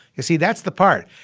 you see that's the part.